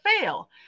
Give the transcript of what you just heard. fail